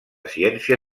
ciència